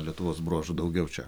lietuvos bruožų daugiau čia